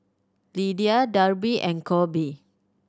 Lidia Darby and Coby